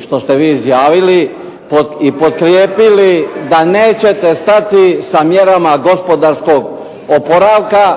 što ste vi izjavili i potkrijepili da nećete stati sa mjerama gospodarskog oporavka